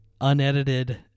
unedited